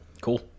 cool